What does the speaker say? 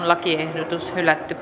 lakiehdotus hylätään